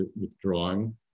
withdrawing